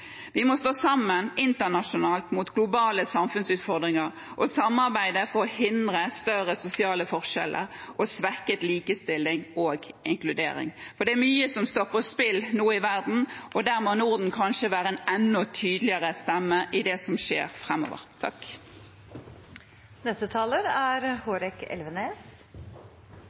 Vi må stå sammen internasjonalt mot globale samfunnsutfordringer og samarbeide for å hindre større sosiale forskjeller og svekket likestilling og inkludering. Det er mye som står på spill nå i verden, og der må Norden kanskje være en enda tydeligere stemme i det som skjer framover. Vi er inne i en periode der nordisk forsvarssamarbeid er